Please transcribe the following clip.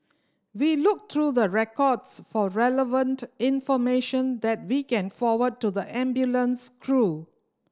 we look through the records for relevant information that we can forward to the ambulance crew